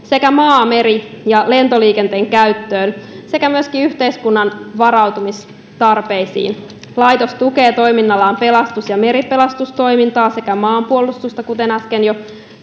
kuin maa meri ja lentoliikenteen käyttöön sekä myöskin yhteiskunnan varautumistarpeisiin laitos tukee toiminnallaan pelastus ja meripelastustoimintaa sekä maanpuolustusta kuten äsken jo